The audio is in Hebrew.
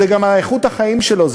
זה גם איכות החיים שלו,